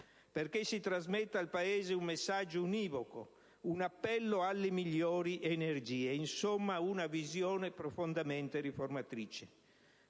perché si trasmetta al Paese un messaggio univoco, un appello alle migliori energie. Manca insomma una visione profondamente riformatrice,